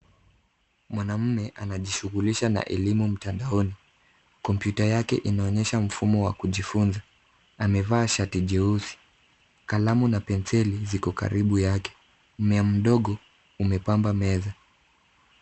Mwanaume anajishughulisha na elimu mtandaoni. Kompyuta yake inaonyesha mfumo wa kujifunza. Amevaa shati jeusi. Kalamu na penseli ziko karibu yake. Mmea mdogo umepamba meza.